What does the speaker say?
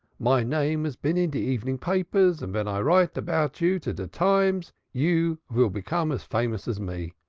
my name has been in de evening papers, and ven i write about you to de times, you vill become as famous as me.